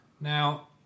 Now